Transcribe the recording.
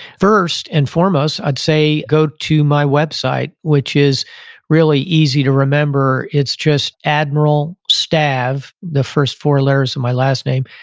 first and foremost i'd say go to my website, which is really easy to remember. it's just admiral stav, the first four letters of my last name.